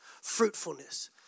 fruitfulness